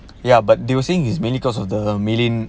ya but they were saying is mainly because of the million